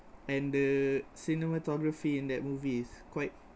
and the cinematography in that movie is quite